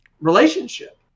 relationship